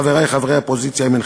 חברי חברי האופוזיציה,